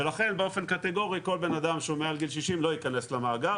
ולכן באופן קטגורי כל בן אדם שהוא מעל גיל 60 לא ייכנס למאגר,